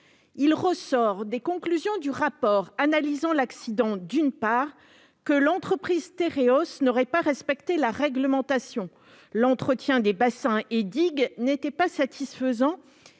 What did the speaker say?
Il ressort des conclusions du rapport analysant l'accident, d'une part, que l'entreprise Tereos n'aurait pas respecté la réglementation, l'entretien des bassins et digues n'étant pas satisfaisant,